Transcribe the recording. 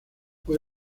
fue